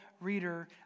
reader